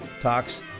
talks